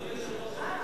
כל חברי הכנסת ינמקו,